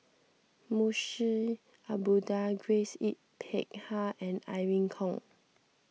Munshi Abdullah Grace Yin Peck Ha and Irene Khong